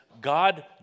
God